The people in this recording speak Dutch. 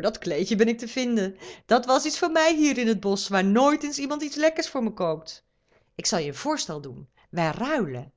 dat kleedje ben ik te vinden dat was iets voor mij hier in t bosch waar nooit eens iemand iets lekkers voor mij kookt ik zal je een voorslag doen wij ruilen